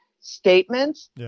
statements